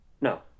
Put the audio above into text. No